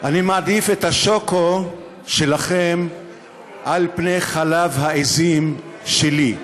אני מעדיף את השוקו שלכם על פני חלב העזים שלי,